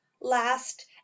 last